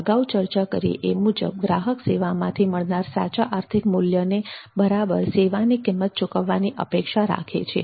અગાઉ ચર્ચા કરી એ મુજબ ગ્રાહક સેવામાંથી મળનાર સાચા આર્થિક મૂલ્યને બરાબર સેવાની કિંમત ચૂકવવાની અપેક્ષા રાખે છે